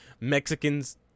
Mexicans